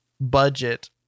budget